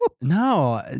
No